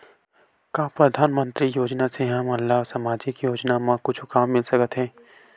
का परधानमंतरी योजना से हमन ला सामजिक योजना मा कुछु काम मिल सकत हे?